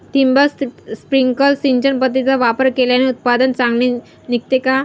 ठिबक, स्प्रिंकल सिंचन पद्धतीचा वापर केल्याने उत्पादन चांगले निघते का?